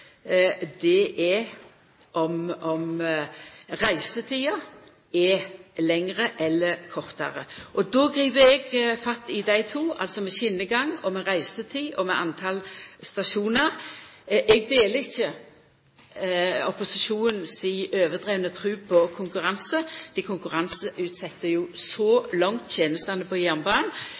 2 er om reisetida er lengre eller kortare. Då grip eg fatt i dei to – skjenegang, reisetid og talet på stasjonar. Eg deler ikkje opposisjonen si overdrivne tru på konkurranse. Dei konkurranseutsette tenestene på jernbanen så langt